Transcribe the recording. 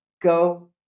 go